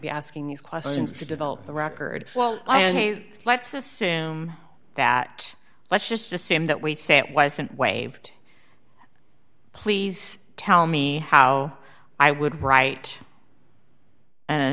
be asking these questions to develop the record well let's assume that let's just assume that we say it wasn't waived please tell me how i would write an